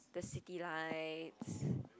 the city lights